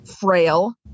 frail